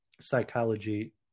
psychology